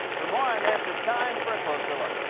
for more on this, it's time for a closer look.